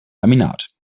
laminat